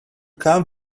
come